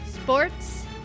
Sports